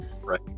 right